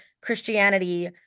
Christianity